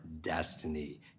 destiny